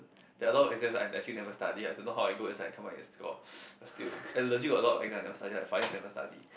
there are a lot of exam I actually study I don't know how I go inside come out and still got but still I legit got a lot exam I never study like five years never study